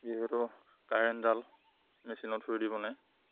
যিহেতু কাৰেণ্টডাল মেচিনৰ থ্ৰুৱেদি বনায়